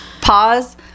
Pause